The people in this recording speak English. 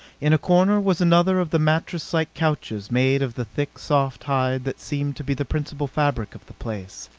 in a corner was another of the mattresslike couches made of the thick, soft hide that seemed to be the principal fabric of the place.